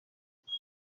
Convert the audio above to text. agira